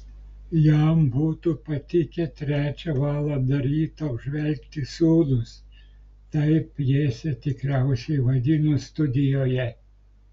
jam būtų patikę trečią valandą ryto apžvelgti sūnus taip pjesę tikriausiai vadino studijoje